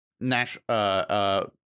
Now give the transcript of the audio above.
national